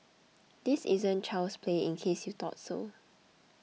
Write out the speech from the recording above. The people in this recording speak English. this isn't child's play in case you thought so